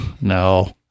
no